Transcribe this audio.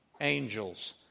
angels